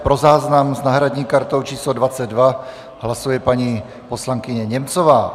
Pro záznam s náhradní kartou číslo 22 hlasuje paní poslankyně Němcová.